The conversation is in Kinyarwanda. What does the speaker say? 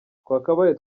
twakabaye